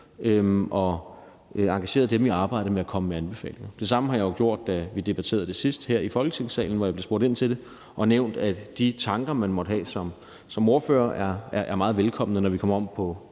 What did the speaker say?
og engageret dem i arbejdet med at komme med anbefalinger. Det samme har jeg jo gjort, da vi debatterede det sidst her i Folketingssalen, hvor jeg blev spurgt ind til det, og jeg nævnte, at de tanker, man måtte have som ordfører, er meget velkomne allerede nu, men også